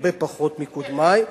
הרבה פחות מקודמי,